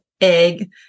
egg